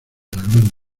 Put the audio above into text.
gran